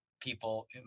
people